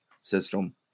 system